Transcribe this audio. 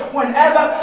Whenever